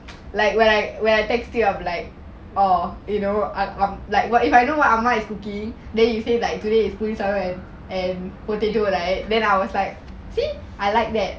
like when I when I text you I'm like or you know um or like what if I know what ah ma is cooking then you say like today is puli sadam saatham and potato right then I was like see I like that